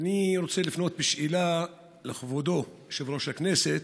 אני רוצה לפנות בשאלה לכבודו, יושב-ראש הכנסת: